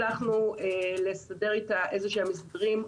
הצלחנו לסדר איתה הסדרים.